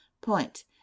Point